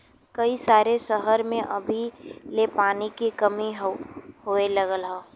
कई सारे सहर में अभी ले पानी के कमी होए लगल हौ